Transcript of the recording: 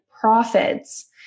profits